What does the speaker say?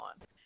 on